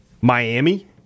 Miami